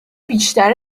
بیشتر